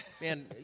Man